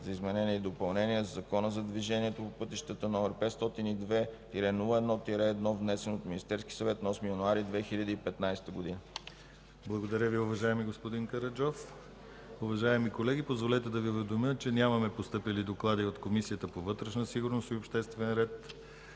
за изменение и допълнение на Закона за движението по пътищата, № 502-01-1, внесен от Министерския съвет на 8 януари 2015 г.” ПРЕДСЕДАТЕЛ ДИМИТЪР ГЛАВЧЕВ: Благодаря Ви, уважаеми господин Караджов. Уважаеми колеги, позволете да Ви уведомя, че нямаме постъпили доклади от Комисията по вътрешна сигурност и обществен ред,